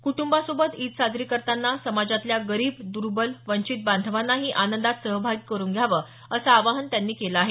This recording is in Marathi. कुटुंबासोबत ईद साजरी करताना समाजातल्या गरीब दुर्बल वंचित बांधवांनाही आनंदात सहभागी करुन घ्यावं असं आवाहन त्यांनी केलं आहे